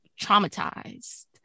traumatized